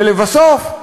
ולבסוף,